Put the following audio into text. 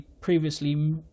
previously